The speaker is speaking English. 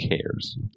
cares